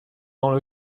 dans